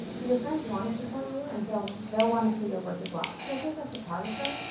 but your friends want to support you, and so they'll want to see your work as well. especially as a photographer,